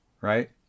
right